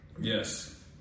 Yes